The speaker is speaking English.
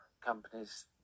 companies